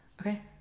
okay